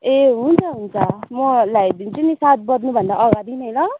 ए हुन्छ हुन्छ म ल्याइदिन्छु नि सात बज्नुभन्दा अगाडि नै ल